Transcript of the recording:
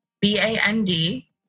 B-A-N-D